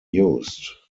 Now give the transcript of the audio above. used